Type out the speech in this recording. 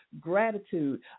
gratitude